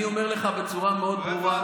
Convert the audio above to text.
אני אומר לך בצורה מאוד ברורה,